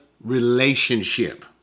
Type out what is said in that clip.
relationship